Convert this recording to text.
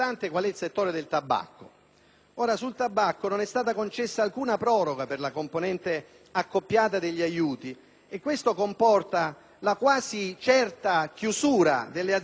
Sul tabacco non è stata concessa alcuna proroga per la componente accoppiata degli aiuti e questo comporta la quasi certa chiusura delle aziende nel suo Veneto,